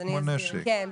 כמו נשק,